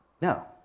No